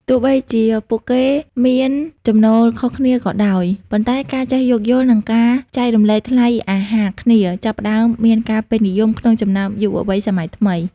ទោះបីជាពួកគេមានចំណូលខុសគ្នាក៏ដោយ ប៉ុន្តែការចេះយោគយល់ និងការចែករំលែកថ្លៃអាហារគ្នា ចាប់ផ្តើមមានការពេញនិយមក្នុងចំណោមយុវវ័យសម័យថ្មី។